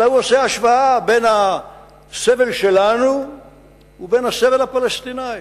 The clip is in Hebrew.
אלא הוא עושה השוואה בין הסבל שלנו ובין הסבל הפלסטיני,